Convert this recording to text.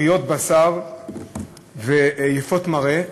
בריאות בשר ויפות מראה,